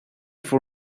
for